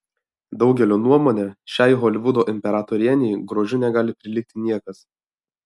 daugelio nuomone šiai holivudo imperatorienei grožiu negali prilygti niekas